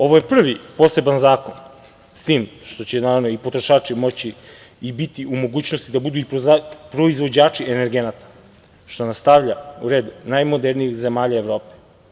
Ovo je prvi poseban zakon s tim što će naravno i potrošači moći i biti u mogućnosti da budu i proizvođači energenata, što nas stavlja u red najmodernijih zemalja Evrope.